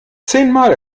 zehnmal